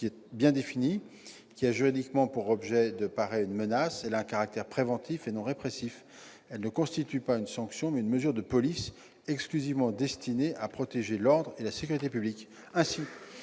bien définie, qui a juridiquement pour objet de parer à une menace : elle a un caractère préventif et non répressif. Elle constitue non pas une sanction, mais « une mesure de police exclusivement destinée à protéger l'ordre et la sécurité publics